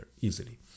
easily